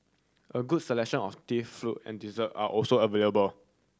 a good selection of tea fruit and dessert are also available